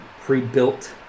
pre-built